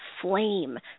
flame